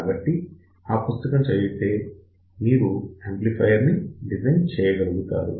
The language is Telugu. కాబట్టి ఆ పుస్తకం నుంచి చదివితే మీరు యాంప్లిఫయర్ ని డిజైన్ చేయగలుగుతారు